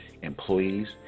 Employees